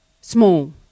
small